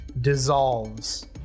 dissolves